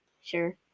sure